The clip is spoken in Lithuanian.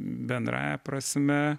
bendrąja prasme